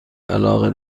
علاقه